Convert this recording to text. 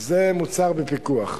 אז זה מוצר בפיקוח.